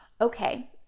okay